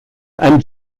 and